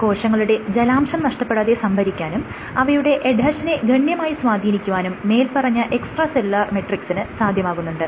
കോശങ്ങളുടെ ജലാംശം നഷ്ടപ്പെടാതെ സംഭരിക്കാനും അവയുടെ എഡ്ഹെഷനെ ഗണ്യമായി സ്വാധീനിക്കുവാനും മേല്പറഞ്ഞ എക്സ്ട്രാ സെല്ലുലാർ മെട്രിക്സിന് സാധ്യമാകുന്നുണ്ട്